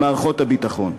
במערכות הביטחון.